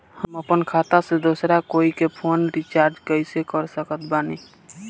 हम अपना खाता से दोसरा कोई के फोन रीचार्ज कइसे कर सकत बानी?